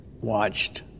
watched